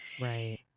Right